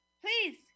Please